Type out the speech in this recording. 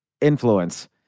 influence